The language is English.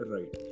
Right